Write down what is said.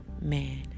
man